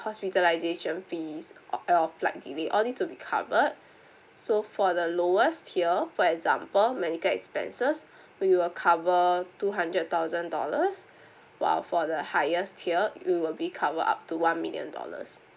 hospitalisation fees of your flight delay all these will be covered so for the lowest tier for example medical expenses we will cover two hundred thousand dollars while for the highest tier you will be covered up to one million dollars